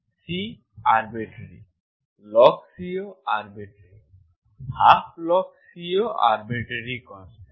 C arbitrary log C ও arbitrary 12log Cও arbitrary constant